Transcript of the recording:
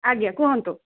ଆଜ୍ଞା କୁହନ୍ତୁ